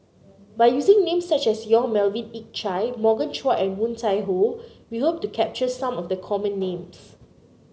by using names such as Yong Melvin Yik Chye Morgan Chua and Woon Tai Ho we hope to capture some of the common names